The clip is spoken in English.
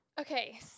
Okay